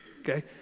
okay